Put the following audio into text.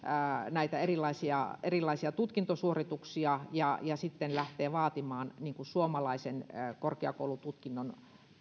näitä erilaisia erilaisia tutkintosuorituksia ja sitten lähtee vaatimaan suomalaisen korkeakoulututkinnon